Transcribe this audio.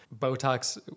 Botox